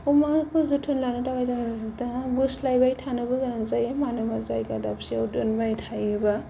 अमाखौ जोथोन लानो थाखाय जोङो दा बोस्लायबाय थानोबो गोनां जायो मानो होनोबा जायगा दाबसेआव दोनबाय थायोबा